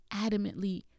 adamantly